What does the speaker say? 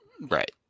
right